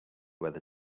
whether